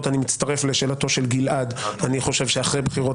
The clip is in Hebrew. אני רוצה לשאול, האם אתה חושב שהעילות האחרות